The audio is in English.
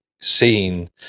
seen